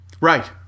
Right